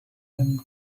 him